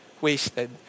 wasted